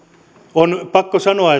on pakko sanoa